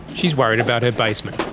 she's worried about her basement.